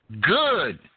good